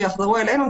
שיחזרו אלינו,